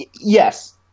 yes